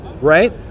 right